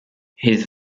his